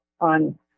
on